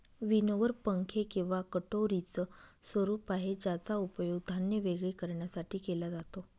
winnower पंखे किंवा कटोरीच स्वरूप आहे ज्याचा उपयोग धान्य वेगळे करण्यासाठी केला जातो